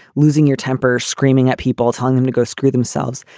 losing your temper, screaming at people, telling them to go screw themselves.